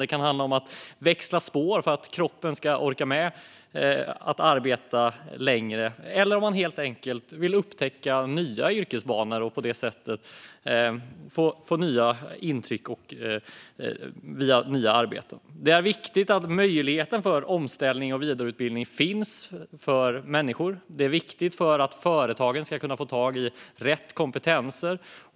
Det kan handla om att växla spår för att kroppen ska orka med att arbeta längre eller om att man helt enkelt vill upptäcka nya yrkesbanor och på det sättet få nya intryck via nya arbeten. Det är viktigt att möjligheten till omställning och vidareutbildning finns för människor. Det är viktigt för att företagen ska kunna få tag i rätt kompetenser.